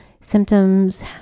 symptoms